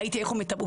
ראיתי איך הוא מטפל,